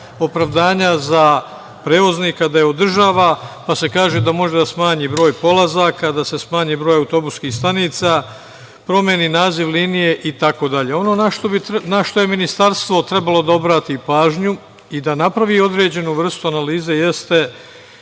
opravdanja za prevoznika da je održava, pa se kaže da može da smanji broj polazaka, da se smanji broj autobuskih stanica, promeni naziv linije, itd. Ono na šta je Ministarstvo trebalo da obrati pažnju i da napravi određenu vrstu analize jeste